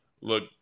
look